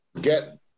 get